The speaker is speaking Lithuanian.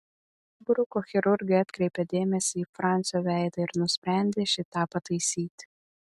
bruko chirurgai atkreipė dėmesį į fransio veidą ir nusprendė šį tą pataisyti